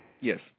Yes